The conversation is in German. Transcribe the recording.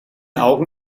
augen